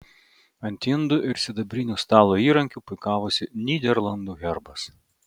ant indų ir sidabrinių stalo įrankių puikavosi nyderlandų herbas